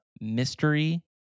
mystery